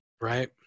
right